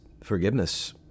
forgiveness